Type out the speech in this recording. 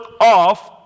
off